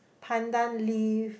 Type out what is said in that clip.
pandan leaf